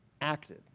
acted